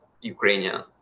Ukrainians